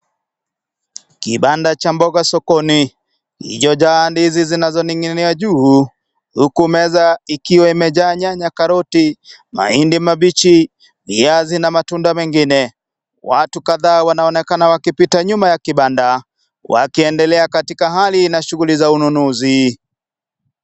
Kibanda cha mboga sokoni kilicho jaa ndizi zilizoninginia juu huku meza ikiwa imejaa nyanya ,karoti, mahindi mabichi ,viazi na matunda mengine , watu kadhaa wanaonekana wakipita nyuma ya kibanda wakiendelea katika hali na shughuli za ununuzi.